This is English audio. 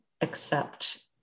accept